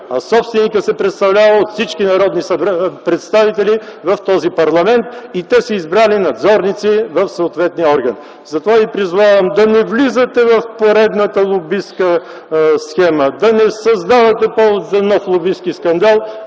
а собственикът се представлява от всички народни представители в този парламент, които са избрали надзорници в съответния орган. Призовавам ви да не влизате в поредната лобистка схема, да не създавате повод за нов лобистки скандал